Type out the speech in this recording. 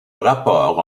rapport